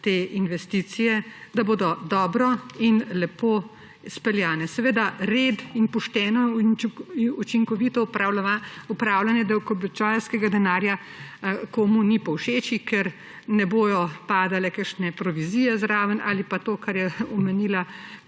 te investicije, da bodo dobro in lepo speljane. Seveda red in pošteno in učinkovito upravljanje davkoplačevalskega denarja komu nista povšeči, ker ne bodo padale kakšne provizije zraven ali pa to, kar je omenila